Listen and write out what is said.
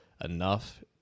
enough